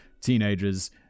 teenagers